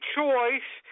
choice